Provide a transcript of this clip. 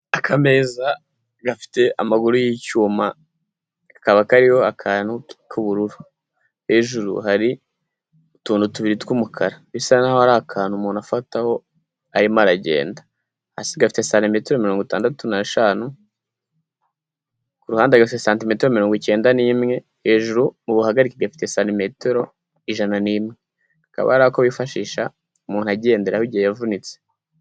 Akameza gafite amaguru y'icyuma, kakaba kariho akantu k'ubururu, hejuru hari utuntu tubiri tw'umukara, bisa nkaho ari akantu umuntu afataho arimo aragenda, hasi gafite santimetero mirongo itandatu n'eshanu, ku ruhande gafite santimetero mirongo icyenda n'imwe, hejuru mu buhagarike gafite santimetero ijana n'imwe, kakaba ari ako bifashisha umuntu agenderaho igihe yavunitse.